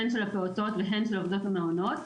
הן של הפעוטות והן של עובדות המעונות.